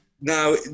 now